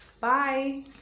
bye